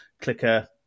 Clicker